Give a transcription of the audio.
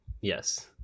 Yes